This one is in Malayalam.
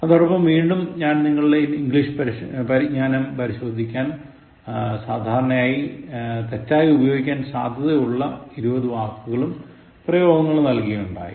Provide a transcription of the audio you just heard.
അതോടൊപ്പം വീണ്ടും നിങ്ങളുടെ ഇംഗ്ലീഷ് പരിജ്ഞാനം പരിശോധിക്കാൻ ഞാൻ സാധാരണ തെറ്റായി ഉപയോഗിക്കാൻ സാധ്യതയുള്ള 20 വാക്കുകളും പ്രയോഗങ്ങളും നൽകുകയുണ്ടായി